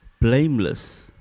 blameless